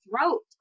throat